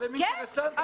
כן.